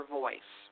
voice